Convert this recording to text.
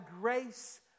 grace